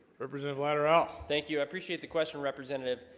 represent of water out thank you. i appreciate the question representative.